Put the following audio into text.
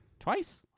twice?